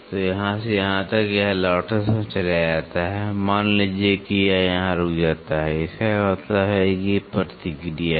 तो यहाँ से यहाँ तक यह लौटते समय चला जाता है मान लीजिए कि यह यहाँ रुक जाता है इसका मतलब है कि एक प्रतिक्रिया है